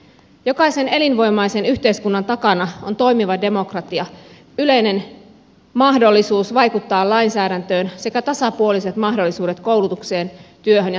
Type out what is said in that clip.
jokaisen elinvoimaisen yhteiskunnan takana on toimiva demokratia yleinen mahdollisuus vaikuttaa lainsäädäntöön sekä tasapuoliset mahdollisuudet koulutukseen työhön ja taloudelliseen toimintaan